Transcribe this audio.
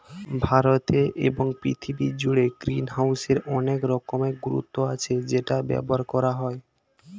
ভারতে এবং পৃথিবী জুড়ে গ্রিনহাউসের অনেক রকমের গুরুত্ব আছে যেটা ব্যবহার করা হয়